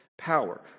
Power